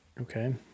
Okay